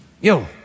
Yo